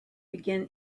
begin